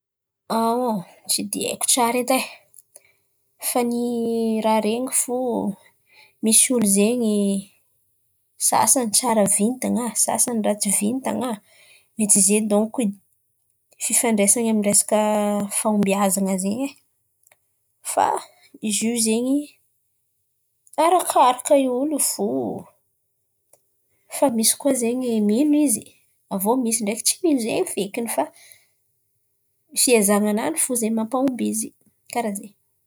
Tsy dia haiko tsara edy e, fà ny ràha ren̈iko fo misy olo sasany tsara vintan̈a, sasany ratsy vintan̈à. Mety zen̈y dônko fifandraisan̈a amin'ny fahombiazan̈a zen̈y. Fà izy io zen̈y arakaraka i olo io fo, fa misy koà zen̈y mino izy, avy iô misy koà tsy mino zen̈y fekiny fa fiezahan̈a nany fo zen̈y mampahomby izy, kàraha zen̈y.